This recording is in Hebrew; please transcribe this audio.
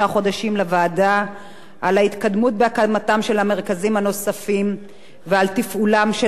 לוועדה על ההתקדמות בהקמתם של המרכזים הנוספים ועל תפעולם של הקיימים,